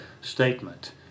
statement